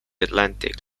atlantic